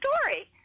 story